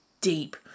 deep